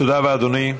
תודה רבה, אדוני.